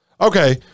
Okay